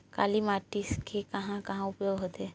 काली माटी के कहां कहा उपयोग होथे?